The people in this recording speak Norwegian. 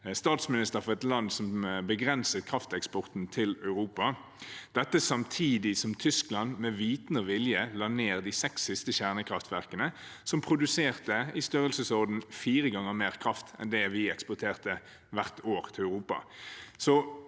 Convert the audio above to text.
statsminister for et land som begrenset krafteksporten til Europa. Dette kom samtidig som Tyskland med vitende og vilje la ned de seks siste kjernekraftverkene, som produserte i størrelsesordenen fire ganger mer kraft enn det vi hvert år eksporterte til Europa.